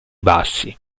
bassi